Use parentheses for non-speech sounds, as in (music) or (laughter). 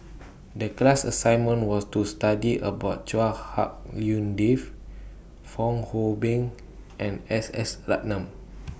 (noise) The class assignment was to study about Chua Hak Lien Dave Fong Hoe Beng and S S Ratnam